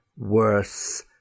worse